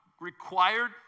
required